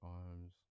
arms